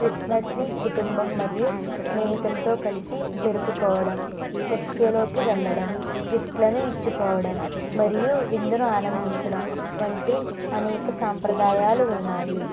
క్రిస్మస్ని కుటుంబం మరియు స్నేహితులతో కలిసి జరుపుకోవడం చర్చిలోకి వెళ్లడం గిఫ్ట్లను ఇచ్చుకోవడం మరియు విందును ఆనందించడం వంటి అనేక సాంప్రదాయాలు ఉన్నాయి